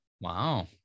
Wow